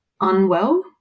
unwell